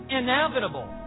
inevitable